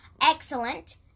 Excellent